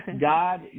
God